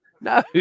No